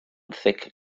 thick